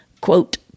quote